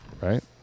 right